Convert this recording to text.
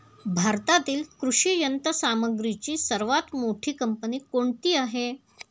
भारतातील कृषी यंत्रसामग्रीची सर्वात मोठी कंपनी कोणती आहे?